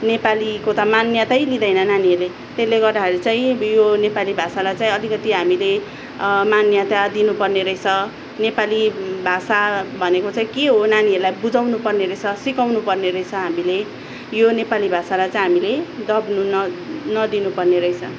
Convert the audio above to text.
नेपालीको त मान्यतै दिँदैन नानीहरूले त्यसले गर्दाखरि चाहिँ अब यो नेपाली भाषालाई चाहिँ अलिकति हामीले मान्यता दिनु पर्ने रहेछ नेपाली भाषा भनेको चाहिँ के हो नानीहरूलाई बुझाउनु पर्ने रहेछ सिकाउनु पर्नेरहेछ हामीले यो नेपाली भाषालाई चाहिँ हामीले दब्नु न नदिनु पर्नेरहेछ